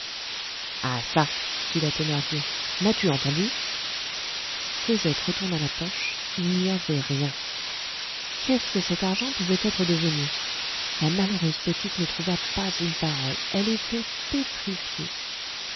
ah çà dit la thénardier m'as-tu entendue cosette retourna la poche il n'y avait rien qu'est-ce que cet argent pouvait être devenu la malheureuse petite ne trouva pas une parole elle était pétrifiée